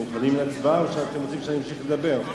מוכנים להצבעה או שאתם רוצים שאמשיך לדבר?